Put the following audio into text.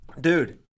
Dude